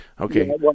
Okay